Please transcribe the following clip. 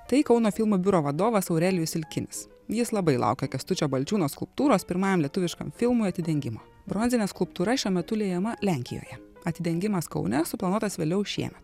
tai kauno filmų biuro vadovas aurelijus silkinis jis labai laukia kęstučio balčiūno skulptūros pirmajam lietuviškam filmui atidengimo bronzinė skulptūra šiuo metu liejama lenkijoje atidengimas kaune suplanuotas vėliau šiemet